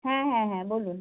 হ্যাঁ হ্যাঁ হ্যাঁ বলুন